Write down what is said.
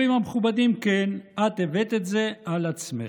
אומרים המכובדים: כן, את הבאת את זה על עצמך.